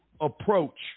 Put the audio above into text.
approach